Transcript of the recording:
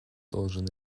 должен